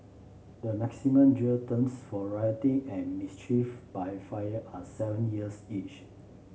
the maximum jail terms for rioting and mischief by fire are seven years each